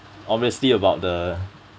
obviously about the